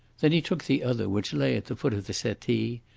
then he took the other, which lay at the foot of the settee,